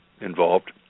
involved